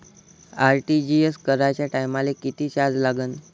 RTGS कराच्या टायमाले किती चार्ज लागन?